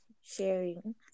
sharing